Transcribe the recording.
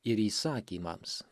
ir įsakymams